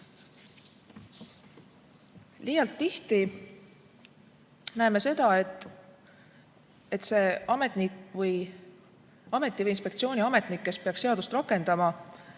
Liialt tihti näeme, et see ameti või inspektsiooni ametnik, kes peaks seadust rakendama,